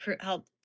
help